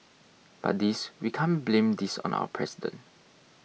but this we can't blame this on our president